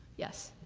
yes?